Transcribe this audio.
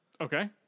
okay